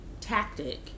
tactic